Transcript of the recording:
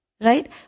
Right